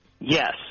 Yes